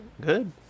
Good